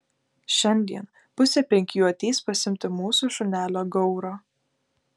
šiandien pusę penkių ateis pasiimti mūsų šunelio gauro